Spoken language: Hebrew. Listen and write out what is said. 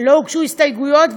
לא הוגשו הסתייגויות,